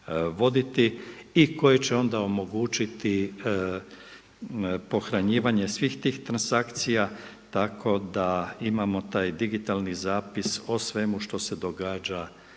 i koje će onda omogućiti pohranjivanje svih tih transakcija tako da imamo taj digitalni zapis o svemu što se događa